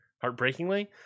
heartbreakingly